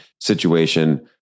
situation